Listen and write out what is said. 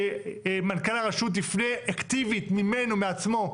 שמנכ"ל הרשות יפנה אקטיבית, ממנו, מעצמו,